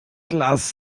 lass